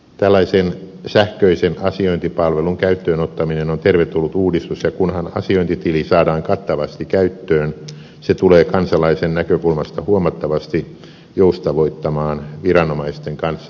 tällaisen sähköisen asiointipalvelun käyttöönottaminen on tervetullut uudistus ja kunhan asiointitili saadaan kattavasti käyttöön se tulee kansalaisen näkökulmasta huomattavasti joustavoittamaan viranomaisten kanssa asioimista